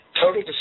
total